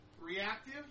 Reactive